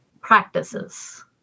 practices